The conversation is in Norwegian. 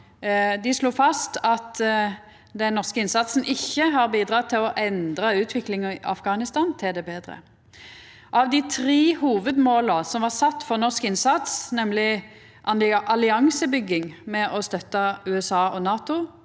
Dei slo fast at den norske innsatsen ikkje har bidrege til å endra utviklinga i Afghanistan til det betre. Av dei tre hovudmåla som var sette for norsk innsats – for det fyrste alliansebygging for å støtta USA og NATO,